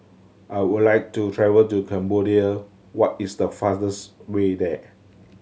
I would like to travel to Cambodia what is the fastest way there